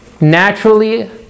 naturally